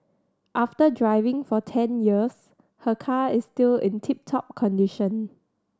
after driving for ten years her car is still in tip top condition